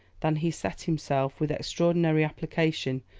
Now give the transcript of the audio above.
than he set himself, with extraordinary application,